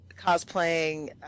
cosplaying